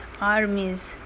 armies